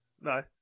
No